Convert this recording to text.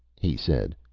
he said.